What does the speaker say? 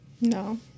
no